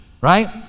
right